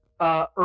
Earth